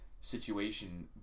situation